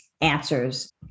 answers